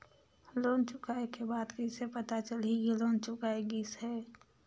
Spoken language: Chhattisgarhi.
लोन चुकाय के बाद कइसे पता चलही कि लोन चुकाय गिस है?